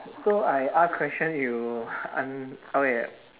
so I ask question you an~ okay